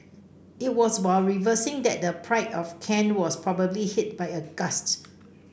it was while reversing that the Pride of Kent was probably hit by a gust